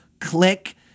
Click